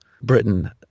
Britain